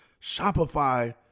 Shopify